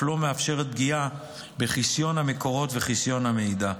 לא מאפשרת פגיעה בחסיון המקורות וחסיון המידע.